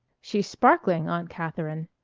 she's sparkling, aunt catherine,